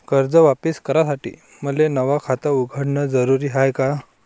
कर्ज वापिस करासाठी मले नव खात उघडन जरुरी हाय का?